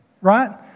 right